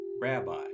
Rabbi